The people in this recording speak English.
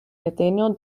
nathaniel